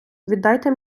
віддайте